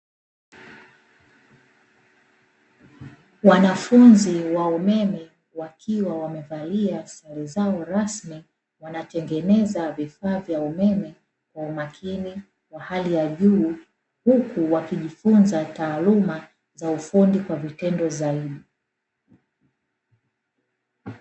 Wanafunzi wa umeme wakiwa wamevalia sare zao rasmi wanatengeneza vifaa vya umeme kwa umakini wa hali ya juu, huku wakijifunza taaluma za ufundi kwa vitendo zaidi.